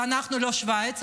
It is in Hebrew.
ואנחנו לא שווייץ.